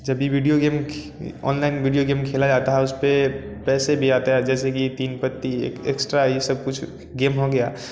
जब ये video game online video game खेला जाता है उसपे पैसे भी आता है जैसे कि तीन पट्टी एक्स्ट्रा ये सब कुछ गेम हो गया